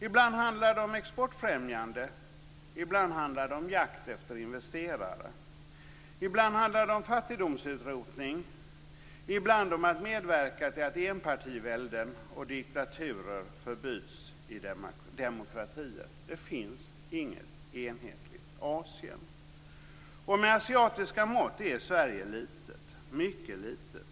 Ibland handlar det om exportfrämjande, ibland om jakt efter investerare. Ibland handlar det om fattigdomsutrotning, ibland om att medverka till att enpartivälden och diktaturer förbyts i demokratier. Det finns inget enhetligt Asien. Och med asiatiska mått är Sverige litet, mycket litet.